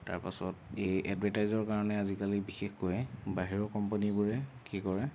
তাৰ পাছত এই এডভাৰটাইজৰ কাৰণে আজিকালি বিশেষকৈ বাহিৰৰ কম্পেনিবোৰে কি কৰে